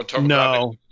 No